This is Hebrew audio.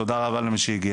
ותודה רבה למי שהגיע.